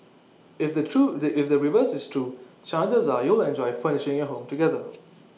if the true the if the reverse is true chances are you'll enjoy furnishing your home together